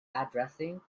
addressing